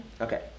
Okay